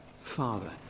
Father